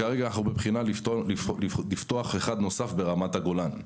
כרגע אנחנו בוחנים אם לפתוח אחד נוסף ברמת הגולן.